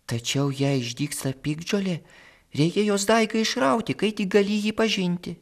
tačiau jei išdygsta piktžolė reikia jos daigą išrauti kai tik gali jį pažinti